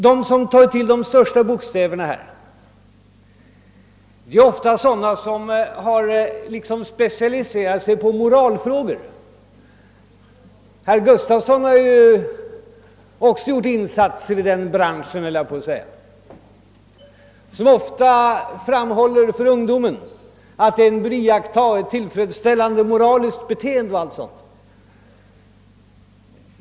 De som tar till de största bokstäverna är ofta sådana personer som liksom har specialiserat sig på moralfrågor herr Gustavsson i Alvesta har ju också gjort insatser i den »branschen» — och som ofta framhåller för ungdomen att den bör iaktta ett tillfredsställande moraliskt beteende.